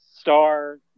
Star